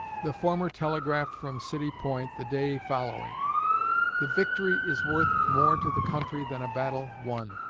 the former telegraphed from city point, the day following the victory is worth more to the country than a battle won.